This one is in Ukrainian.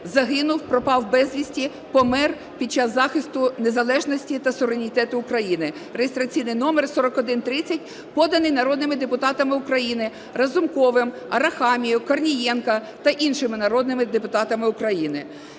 загинув, (пропав безвісти), помер під час захисту незалежності та суверенітету України (реєстраційний номер 4130), поданий народними депутатами України Разумковим, Арахамією, Корнієнком та іншими народними депутатами України.